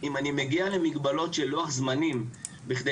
אם אני מגיע למגבלות של לוח זמנים בכדי